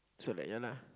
so like ya lah